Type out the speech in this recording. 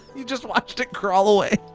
you just watched it crawl away?